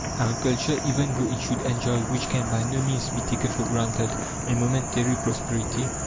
agriculture, even though it should enjoy which can by no means be taken for granted a momentary prosperity,